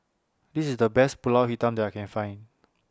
This IS The Best Pulut Hitam that I Can Find